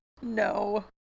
No